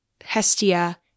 Hestia